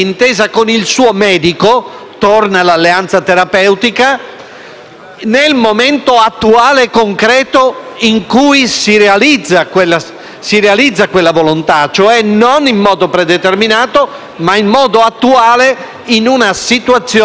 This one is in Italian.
nel momento attuale e concreto in cui si realizza quella volontà, cioè non in modo predeterminato, ma in modo attuale in una situazione di prossimità alla conclusione del ciclo vitale.